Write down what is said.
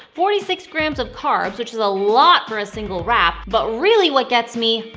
forty six grams of carbs, which is a lot for a single wrap. but really what gets me,